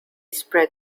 spread